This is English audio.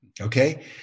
okay